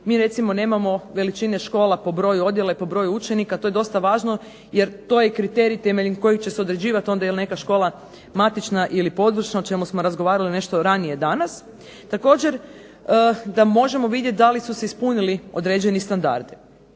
MI recimo nemamo veličine škola po broju učenika i to je dosta važno, to je kriterij po kojem će se određivati onda je li neka škola matična ili područna, o čemu smo razgovarali nešto ranije danas. Također, da možemo vidjeti da li su se ispunili određeni standardi.